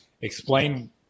explain